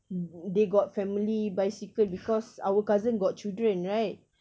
th~ they got family bicycle because our cousin got children right